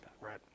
right